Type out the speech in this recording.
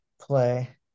play